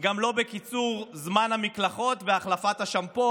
וגם לא בקיצור זמן המקלחות והחלפת השמפו